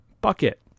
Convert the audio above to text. bucket